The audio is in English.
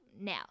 now